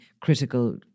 critical